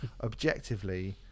objectively